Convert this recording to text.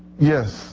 yes